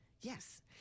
Yes